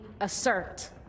assert